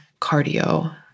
cardio